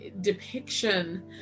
depiction